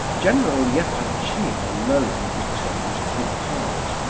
general yeah epanchin alone determined to depart.